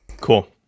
Cool